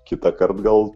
kitąkart gal